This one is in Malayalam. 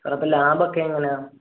സാറേ അപ്പം ലാബ് ഒക്കെ എങ്ങനയാണ്